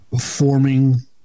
forming